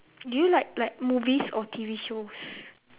do you like like movies or T_V shows